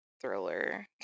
thriller